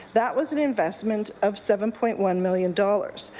that was an investment of seven point one million dollars.